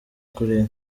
kuriya